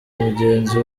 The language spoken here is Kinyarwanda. mugenzi